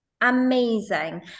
Amazing